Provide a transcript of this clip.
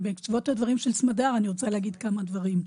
ובעקבות הדברים של סמדר אני רוצה להגיד כמה דברים.